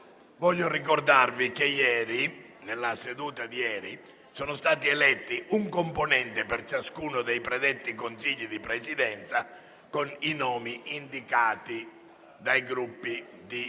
conti». Ricordo che nella seduta di ieri sono stati eletti un componente per ciascuno dei predetti consigli di presidenza, con i nomi indicati dai Gruppi di